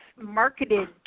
marketed